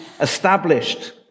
established